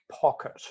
pocket